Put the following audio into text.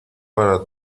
para